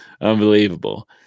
unbelievable